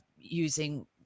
using